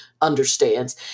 understands